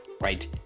right